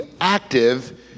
active